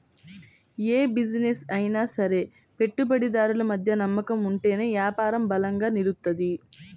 యే బిజినెస్ అయినా సరే పెట్టుబడిదారులు మధ్య నమ్మకం ఉంటేనే యాపారం బలంగా నిలుత్తది